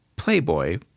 playboy